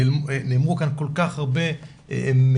נאמר כאן כל כך הרבה מידע,